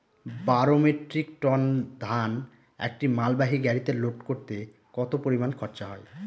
বারো metric ton ধান একটি মালবাহী গাড়িতে লোড করতে কতো পরিমাণ খরচা হয়?